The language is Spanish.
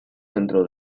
dentro